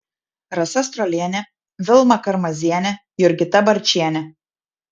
rasa strolienė vilma karmazienė jurgita barčienė